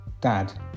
dad